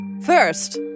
First